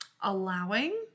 allowing